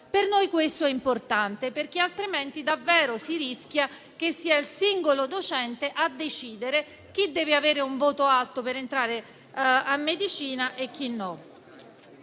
Per noi questo è importante, perché altrimenti davvero si rischia che sia il singolo docente a decidere chi debba avere un voto alto per entrare a medicina e chi no.